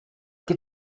get